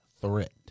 threat